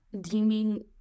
deeming